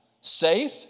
Safe